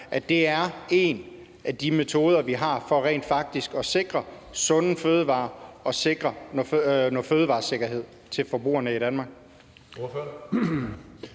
er det en af de metoder, vi har for rent faktisk at sikre sunde fødevarer og sikre noget fødevaresikkerhed for forbrugerne i Danmark.